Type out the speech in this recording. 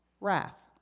wrath